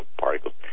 particles